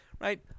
Right